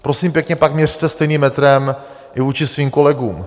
Prosím pěkně, pak měřte stejným metrem i vůči svým kolegům.